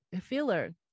filler